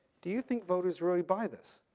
do you think voters really buy this?